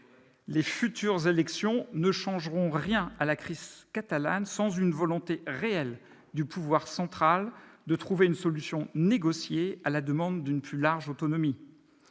Les futures élections ne changeront rien à la crise catalane sans une volonté réelle du pouvoir central de trouver une solution négociée à la demande d'une plus large autonomie.